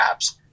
apps